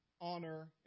honor